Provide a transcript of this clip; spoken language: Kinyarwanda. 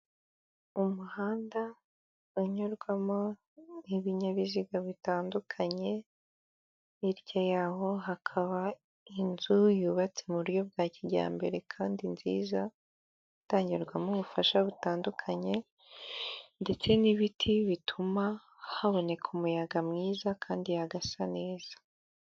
Umuhanda unyurwamo n'ibinyabiziga bitandukanye, hirya yaho hakaba inzu yubatse mu buryo bwa kijyambere kandi nziza, itangirwamo ubufasha butandukanye, ndetse n'ibiti bituma haboneka umuyaga mwiza kandi hagasa neza.